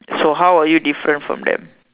so how are you different from them